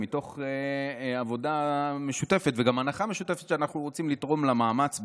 מתוך עבודה משותפת וגם הנחה משותפת שאנחנו רוצים לתרום למאמץ,